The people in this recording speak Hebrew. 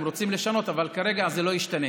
אתם רוצים לשנות, אבל כרגע זה לא ישתנה.